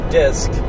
disc